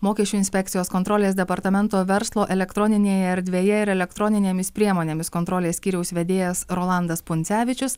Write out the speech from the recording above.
mokesčių inspekcijos kontrolės departamento verslo elektroninėje erdvėje ir elektroninėmis priemonėmis kontrolės skyriaus vedėjas rolandas pundzevičius